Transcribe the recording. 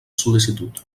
sol·licitud